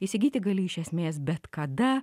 įsigyti gali iš esmės bet kada